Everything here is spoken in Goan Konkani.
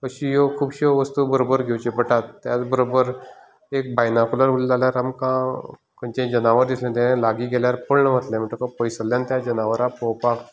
अश्यो ह्यो खुूबश्यो वस्तूं बरोबर घेवंच्यो पडटात त्याच बरोबर एक बायनाकुलर उरले जाल्यार आमकां खंयचे जनावर दिसलें तें लागीं गेल्यार पळून वतले म्हणटकच पयसुल्ल्यान त्या जनावरांक पळोवपाक